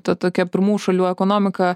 ta tokia pirmų šalių ekonomika